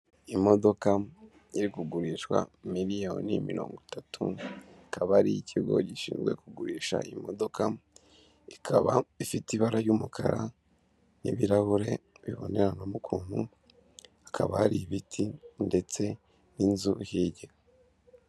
Imodoka iri kugurishwa miliyoni mirongo itatu ikaba ari y'ikigo gishinzwe kugurisha imodoka ikaba ifite ibara ry'umukara n'ibirahure biboneranamo ukuntu hakaba hari ibiti ndetse n'inzu hirya.